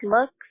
looks